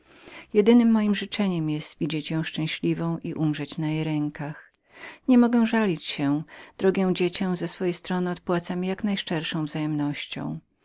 jedynem i ostatniem mojem życzeniem jest widzieć ją szczęśliwą i umrzeć na jej rękach nie mogę żalić się drogie dziecie z swojej strony odpłaca mi jak najszczerszą wzajemnością